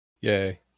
Yay